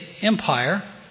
empire